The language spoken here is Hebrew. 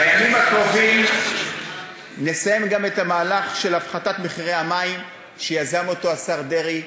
בימים הקרובים נסיים גם את המהלך של הפחתת מחירי המים שיזם השר דרעי.